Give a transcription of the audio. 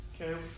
Okay